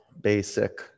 basic